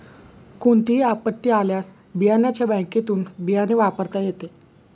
कोणतीही आपत्ती आल्यास बियाण्याच्या बँकेतुन बियाणे वापरता येते